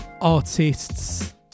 artists